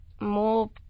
more